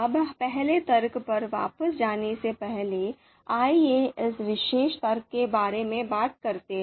अब पहले तर्क पर वापस जाने से पहले आइए इस विशेष तर्क के बारे में बात करते हैं